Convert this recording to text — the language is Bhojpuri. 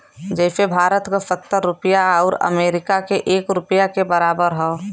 जइसे भारत क सत्तर रुपिया आउर अमरीका के एक रुपिया के बराबर हौ